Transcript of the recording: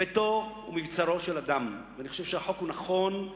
ביתו הוא מבצרו של אדם, ואני חושב שהחוק נכון.